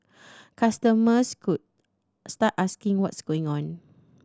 customers could start asking what's going on